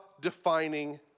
defining